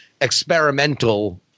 experimental